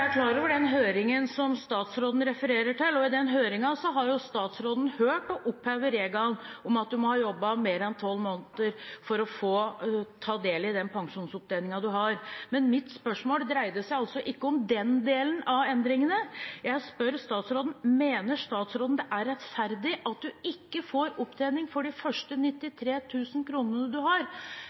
er klar over den høringen som statsråden refererer til, og i den høringen har jo statsråden hørt å oppheve regelen om at man må ha jobbet mer enn tolv måneder for å få ta del i den pensjonsopptjeningen man har. Men mitt spørsmål dreide seg altså ikke om den delen av endringene. Jeg spør statsråden: Mener statsråden det er rettferdig at man ikke får opptjening for de første